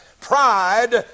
pride